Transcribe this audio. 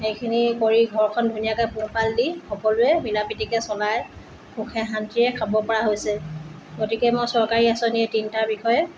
সেইখিনি কৰি ঘৰখন ধুনীয়াকৈ পোহপাল দি সকলোৱে মিলাপ্ৰীতিকৈ চলাই সুখে শান্তিৰে খাব পৰা হৈছে গতিকে মই চৰকাৰী আঁচনি এই তিনিটাৰ বিষয়ে